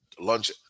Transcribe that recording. lunch